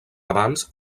abans